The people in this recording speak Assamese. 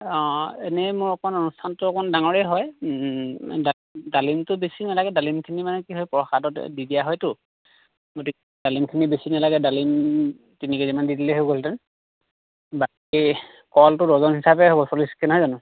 অঁ অঁ এনেই মোৰ অকণ অনুষ্ঠানটো অকণ ডাঙৰেই হয় ডালিম ডালিমটো বেছি নালাগে ডালিমখিনি মানে কি হয় ডালিমখিনি প্ৰসাদত দি দিয়া হয়তো গতিকে ডালিমখিনি বেছি নালাগে ডালিম তিনি কেজি মান দি দিলেই হৈ গ'লহেঁতেন বাকী কলটো ডজন হিচাপে হ'ব চল্লিছকৈ নহয় জানো